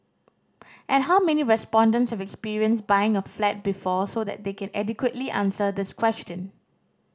and how many respondents have experience buying a flat before so that they can adequately answer this question